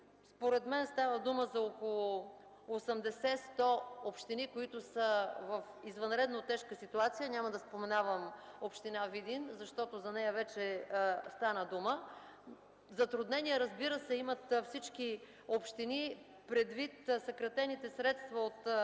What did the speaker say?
Според мен става дума за около 80-100 общини, които са в извънредно тежка ситуация. Няма да споменавам община Видин, защото за нея вече стана дума. Затруднения, разбира се, имат всички общини, предвид съкратените средства от